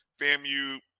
FAMU